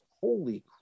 Holy